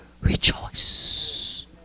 Rejoice